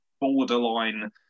borderline